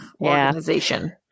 organization